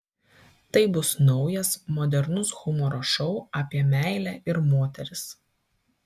tai bus naujas modernus humoro šou apie meilę ir moteris